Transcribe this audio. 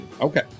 Okay